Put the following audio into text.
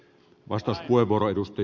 herra puhemies